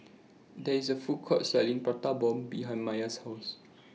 There IS A Food Court Selling Prata Bomb behind Mia's House